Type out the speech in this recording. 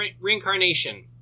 Reincarnation